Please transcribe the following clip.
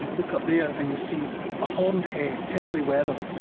look up there and you'll see a horned head, heavily weathered,